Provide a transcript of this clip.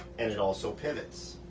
and it also pivots.